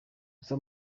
gusa